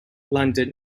london